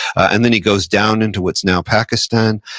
and then he goes down into what's now pakistan,